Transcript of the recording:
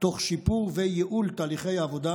תוך שיפור וייעול תהליכי העבודה,